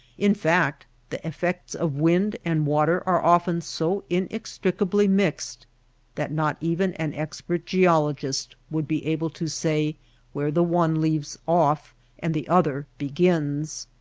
in fact the effects of wind and water are often so inextricably mixed that not even an expert geol ogist would be able to say where the one leaves off and the other begins.